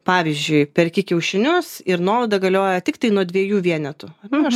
pavyzdžiui perki kiaušinius ir nuolaida galioja tiktai nuo dviejų vienetų nu aš